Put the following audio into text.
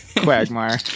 quagmire